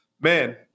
man